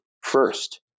first